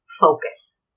focus